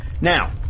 Now